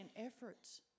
efforts